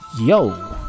yo